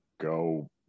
go